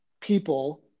people